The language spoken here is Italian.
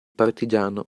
partigiano